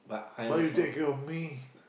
why you take care of me